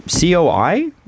COI